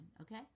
okay